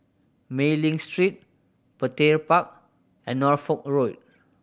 Mei Ling Street Petir Park and Norfolk Road